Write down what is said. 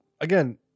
again